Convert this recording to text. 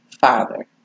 father